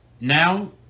Now